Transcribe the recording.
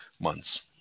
months